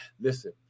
Listen